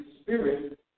Spirit